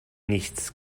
nichts